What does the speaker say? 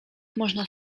można